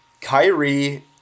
Kyrie